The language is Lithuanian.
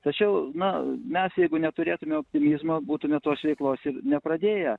tačiau na mes jeigu neturėtume optimizmo būtume tos veiklos ir nepradėję